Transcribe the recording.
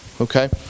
Okay